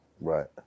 Right